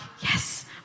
yes